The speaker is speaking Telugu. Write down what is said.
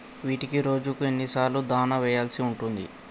వీటికి రోజుకు ఎన్ని సార్లు దాణా వెయ్యాల్సి ఉంటది?